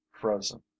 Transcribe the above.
frozen